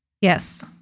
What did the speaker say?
Yes